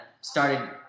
started